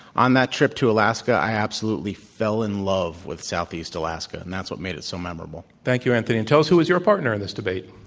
on that trip to alaska, i absolutely fell in love with southeast alaska and that's what made it so memorable. thank you, anthony. and tell us, who is your partner in this debate.